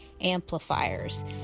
amplifiers